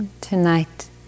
Tonight